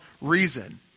reason